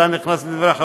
זה הנכנס לדברי חברו.